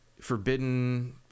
forbidden